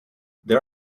there